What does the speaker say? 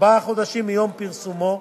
ארבעה חודשים מיום פרסומו,